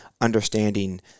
Understanding